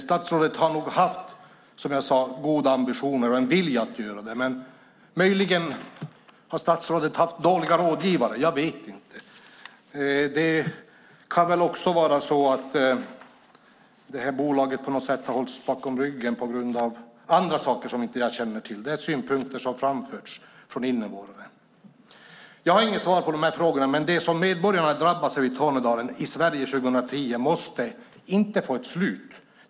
Statsrådet har nog som jag sade haft goda ambitioner och en vilja att lösa det, men möjligen har statsrådet haft dåliga rådgivare. Jag vet inte. Det kan också vara så att det här bolaget på något sätt har hållits bakom ryggen på grund av andra saker som jag inte känner till. Det är synpunkter som har framförts från invånare. Jag har inget svar på de här frågorna, men det som medborgarna i Tornedalen drabbas av, i Sverige 2010, måste få ett slut.